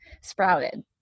sprouted